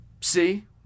See